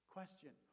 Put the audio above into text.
Question